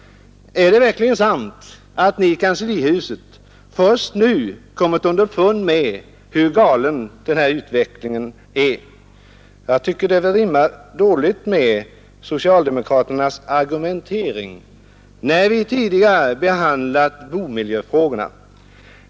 Är det verkligen sant att ni i kanslihuset först nu har kommit underfund med hur galen denna utveckling är? Jag tycker att detta rimmar illa med socialdemokraternas argumentering då vi tidigare har behandlat boendemiljöfrågorna.